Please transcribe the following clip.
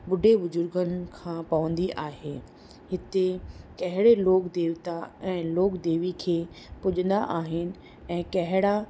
ॿुढे बुज़ुर्गनि खां पवंदी आहे हिते कहिड़े लोक देवता ऐं लोक देवीअ खे पूॼंदा आहिनि ऐं कहिड़ा